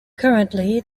currently